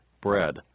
bread